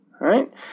Right